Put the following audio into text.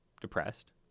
depressed